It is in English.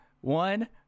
one